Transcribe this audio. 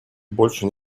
больше